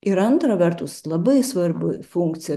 ir antra vertus labai svarbu funkcija